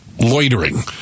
loitering